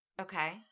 Okay